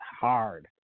hard